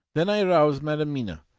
then i arouse madam mina.